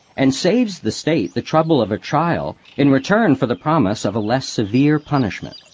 and saves the state the trouble of a trial in return for the promise of a less severe punishment.